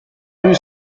rue